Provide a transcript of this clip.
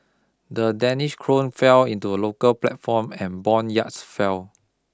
the Danish krone fell into the local platform and bond yields fell